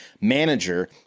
manager